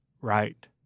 Right